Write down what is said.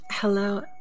Hello